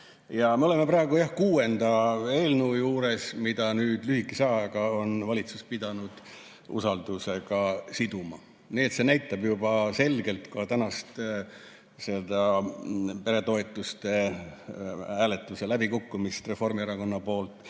Me oleme praegu jah kuuenda eelnõu juures, mida nüüd lühikese ajaga on valitsus pidanud usaldusega siduma. Nii et see näitab juba selgelt ka tänast seda peretoetuste hääletuse läbikukkumist Reformierakonna poolt.